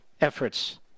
efforts